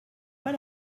pas